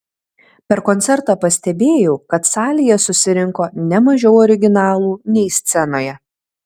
per koncertą pastebėjau kad salėje susirinko ne mažiau originalų nei scenoje